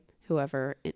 whoever